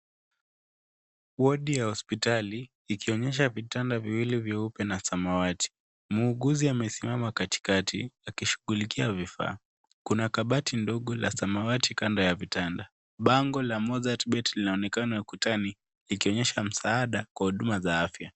Wodi ya hospitali ikionyesha vitanda viwili vyeupe na samawati, mwuuguzi amesimama katikati akishughulikia vifaa. Kuna kabati ndogo la samawati kando ya vitanda. Bango la Mozat Bet inaonekana kutani likionyesha msaada kwa huduma za afya.